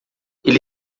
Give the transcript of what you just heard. ele